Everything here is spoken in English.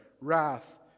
Wrath